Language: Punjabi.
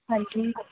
ਹਾਂਜੀ